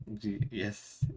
Yes